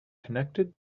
connected